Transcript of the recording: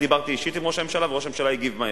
ואני דיברתי אישית עם ראש הממשלה וראש הממשלה הגיב מהר.